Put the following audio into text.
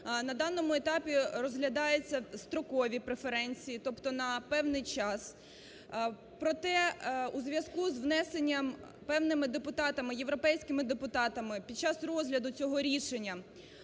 На даному етапі розглядаються строкові преференції, тобто на певний час. Проте, у зв'язку з внесенням певними депутатами, європейськими депутатами під час розгляду цього рішення